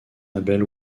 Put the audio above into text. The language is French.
label